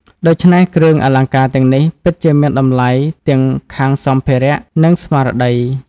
ដូច្នេះ គ្រឿងអលង្ការទាំងនេះពិតជាមានតម្លៃទាំងខាងសម្ភារៈ និងស្មារតី។